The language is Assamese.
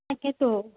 তাকেইটো